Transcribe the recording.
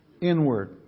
Inward